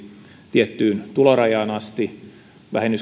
tiettyyn tulorajaan asti vähennys